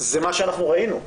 זה מה שאנחנו ראינו.